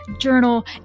journal